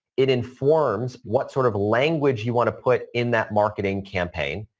it informs what sort of language you want to put in that marketing campaign.